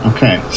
Okay